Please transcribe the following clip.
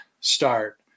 start